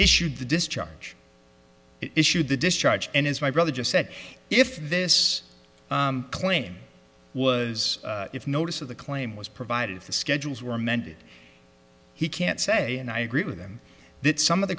issued the discharge issued the discharge and as my brother just said if this claim was if notice of the claim was provided if the schedules were amended he can't say and i agree with him that some of the